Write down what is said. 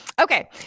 Okay